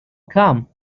come